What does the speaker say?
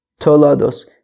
Tolados